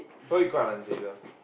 why guai lan Xavier